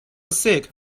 sick